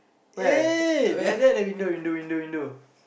eh there there the window window window window